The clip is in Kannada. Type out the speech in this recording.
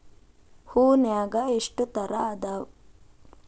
ಹೂನ್ಯಾಗ ಎಷ್ಟ ತರಾ ಅದಾವ್?